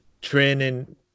training